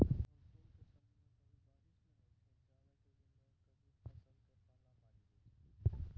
monsoon के समय मॅ कभी बारिश नाय होय छै, जाड़ा के दिनों मॅ कभी फसल क पाला मारी दै छै